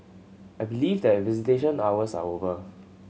I believe that visitation hours are over